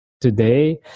Today